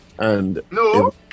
No